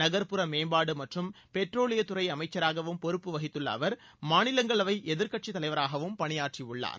நகர்ப்புற மேம்பாடு மற்றும் பெட்ரோலியத்துறை அமைச்சராகவும் பொறுப்பு வகித்துள்ள அவர் மாநிலங்களவை எதிர்க்கட்சித் தலைவராகவும் பணியாற்றியுள்ளார்